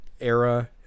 era